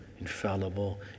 infallible